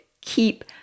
keep